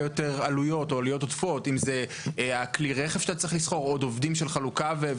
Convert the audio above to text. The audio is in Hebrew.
אבל זה עוד פרט שגורם לנו לתפעול שהוא כמעט בלתי אפשרי.